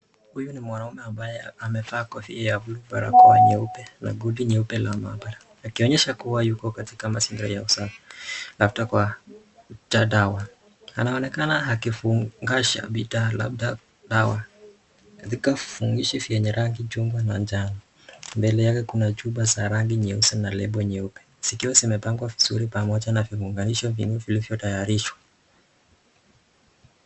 Huyu ni mwanaume ambaye amefaa kofia ya blue. Barakoa nyeupe na koti nyeupe la mahabara . Akionesha kuwa Yuko katika mazingira ya usafi anaonekana akifungasha bidhaa labda dawa katika vivungushi vyenye rangi chugwa na ,njano . Mbele yake Kuna chupa za rangi nyeusi na lebo nyeupe. Zikiwa zimepagwa vizuri npamoja na kuunganishwa vizuri vilivyo tayarishwa.